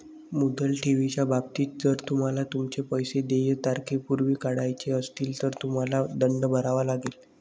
मुदत ठेवीच्या बाबतीत, जर तुम्हाला तुमचे पैसे देय तारखेपूर्वी काढायचे असतील, तर तुम्हाला दंड भरावा लागेल